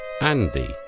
Andy